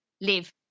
live